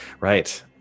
Right